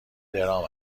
درام